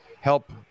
help